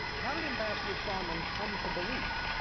how did ambassador sondland come to believe